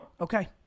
Okay